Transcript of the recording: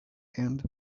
and